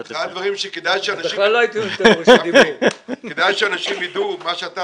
אחד הדברים שכדאי שאנשים ידעו את מה שאתה